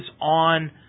on